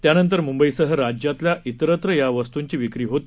त्यानंतर मुंबईसह राज्यात त्तिरत्र या वस्तूंची विक्री होते